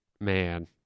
man